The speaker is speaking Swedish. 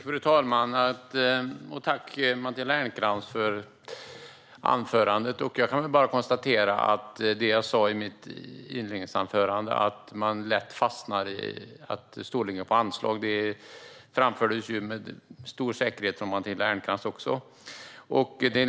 Fru talman! Tack för anförandet, Matilda Ernkrans! Jag kan bara konstatera det jag sa i mitt inledningsanförande; man fastnar lätt i storleken på anslag. Det framförde Matilda Ernkrans också med stor säkerhet.